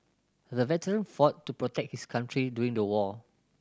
the veteran fought to protect his country during the war